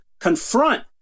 confront